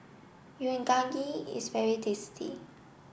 Unagi is very tasty